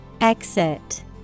Exit